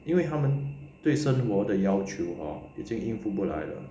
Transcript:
因为他们对生活的要求 hor 已经应付不来了